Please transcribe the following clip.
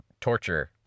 torture